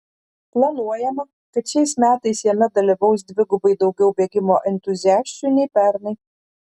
planuojama kad šiais metais jame dalyvaus dvigubai daugiau bėgimo entuziasčių nei pernai